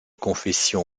confession